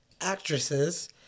actresses